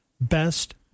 Best